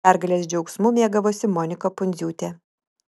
pergalės džiaugsmu mėgavosi monika pundziūtė